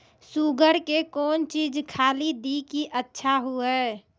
Sugar के कौन चीज खाली दी कि अच्छा हुए?